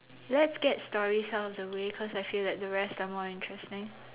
let's get stories out of the way cause I feel that the rest are more interesting